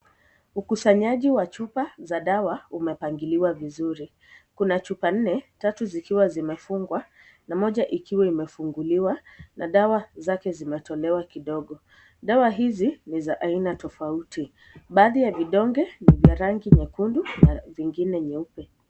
Ukusanyaji wa chupa za dawa umepangiliwa vizuri, kuna chupa nne tatu zikia zimefungwa na moja ikiwa imefunguliwa na dawa zake zimetolewa kidogo ,dawa hizi ni za aina tofauti baadhi ya vidonge vya rangi nyekundu na vingine nyeupe.